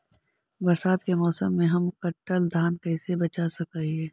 बरसात के मौसम में हम कटल धान कैसे बचा सक हिय?